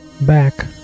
back